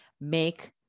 Make